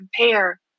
compare